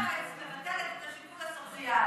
דווקא מרצ מבטלת את השיקול הסוציאלי.